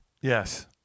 Yes